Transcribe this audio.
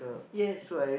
yes